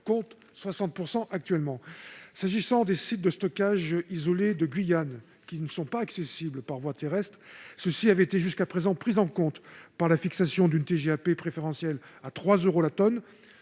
contre 60 % actuellement. S'agissant des sites de stockage isolés guyanais, non accessibles par voie terrestre, ceux-ci avaient été jusqu'à présent pris en compte par la fixation d'une TGAP préférentielle à 3 euros la tonne.